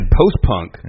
post-punk